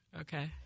Okay